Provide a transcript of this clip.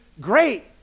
great